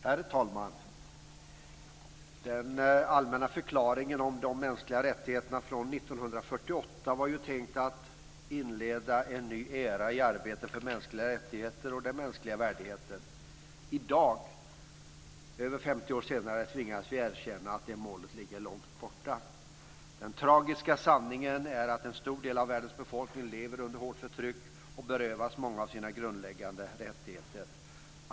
Herr talman! Den allmänna förklaringen om de mänskliga rättigheterna från 1948 var ju tänkt att inleda en ny era i arbetet för mänskliga rättigheter och den mänskliga värdigheten. I dag, över 50 år senare, tvingas vi erkänna att det målet ligger långt borta. Den tragiska sanningen är att en stor del av världens befolkning lever under hårt förtryck och berövas många av sina grundläggande rättigheter.